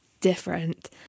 different